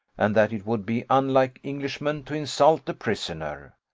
and that it would be unlike englishmen to insult a prisoner.